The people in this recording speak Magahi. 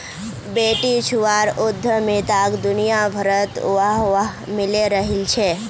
बेटीछुआर उद्यमिताक दुनियाभरत वाह वाह मिले रहिल छे